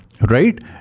Right